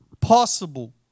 possible